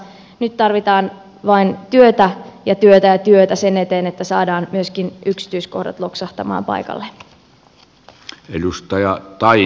nyt tarvitaan vain työtä ja työtä ja työtä sen eteen että saadaan myöskin yksityiskohdat loksahtamaan paikalleen